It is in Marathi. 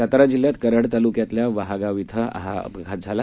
सातारा जिल्ह्यात कराड तालुक्यातल्या वहागाव धिं हा अपघात झाला